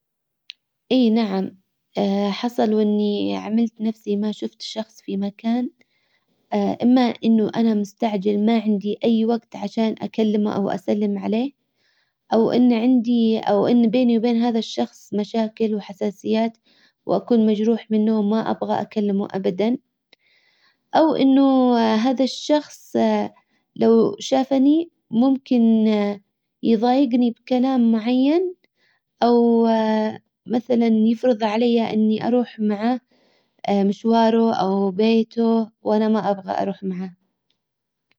اي نعم حصل واني عملت نفسي ما شفت شخص في مكان اما انه انا مستعجل ما عندي اي وقت عشان اكلمه او اسلم عليه او ان عندي او ان بيني وبين هذا الشخص مشاكل وحساسيات واكون مجروح منه وما ابغى اكلمه ابدا او انه هذا الشخص لو شافني ممكن يضايقني بكلام معين او مثلا يفرض علي اني اروح معاه مشواره او بيته وانا ما ابغى اروح معاه.